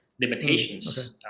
limitations